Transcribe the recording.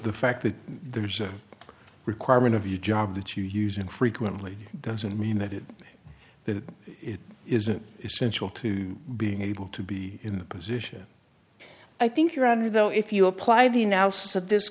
the fact that there's a requirement of your job that you use infrequently doesn't mean that it that it isn't essential to being able to be in the position i think you're under though if you apply the now so this